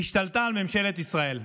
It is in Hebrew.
השתלטו על ממשלת ישראל?